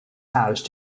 house